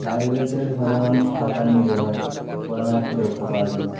বাইরে বেরোতে গেলে সাধারণ মানুষ ছাতা নিয়ে বের হয় গরমের হাত থেকে রক্ষা পাওয়ার জন্য